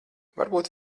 varbūt